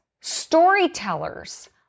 storytellers